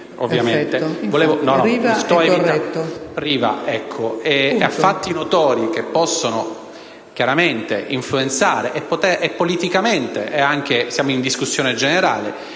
Riva è corretto.